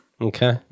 Okay